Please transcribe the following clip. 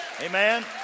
Amen